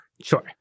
Sure